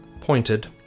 pointed